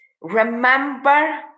remember